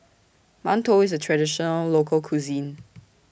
mantou IS A Traditional Local Cuisine